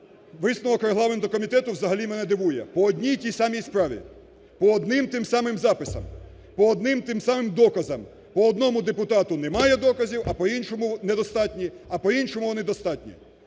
Висновок Регламентного комітету взагалі мене дивує по одній і тій самій справі, по одним і тим самим записам, по одним і тим самим доказам, по одному депутату немає доказів, а по іншому – недостатні – а по іншому вони достатні.